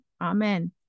amen